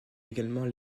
également